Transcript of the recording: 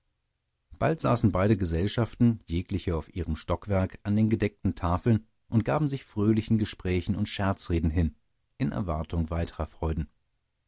bald saßen beide gesellschaften jegliche auf ihrem stockwerke an den gedeckten tafeln und gaben sich fröhlichen gesprächen und scherzreden hin in erwartung weiterer freuden